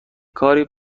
کاری